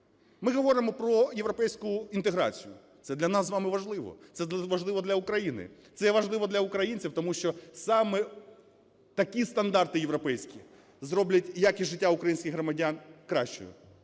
Ми говоримо про європейську інтеграцію. Це для нас з вами важливо, це дуже важливо для України, це є важливо для українців, тому що саме такі стандарти європейські зроблять якість життя українських громадян кращою.